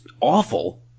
awful